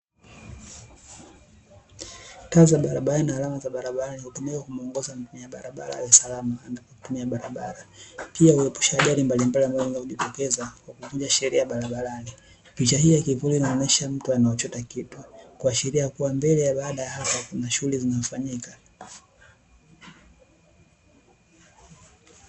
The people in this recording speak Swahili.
Taa za barabarani ni alama barabarani. Hutumika kumuongoza mtumia barabara awe salama anapotumia barabara. Pia huepusha ajali mbalimbali ambazo zinaweza kujitokeza kwa kuvunja sheria barabarani. Picha hii ya kivuli inaonyesha mtu anayechota kitu kuashiria kuwa mbele ya baada ya hapa kuna shughuli zinafanyika.